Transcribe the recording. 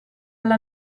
alla